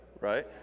right